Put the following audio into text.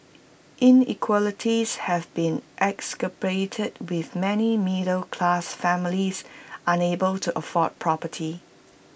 inequalities have been exacerbated with many middle class families unable to afford property